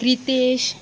Pritesh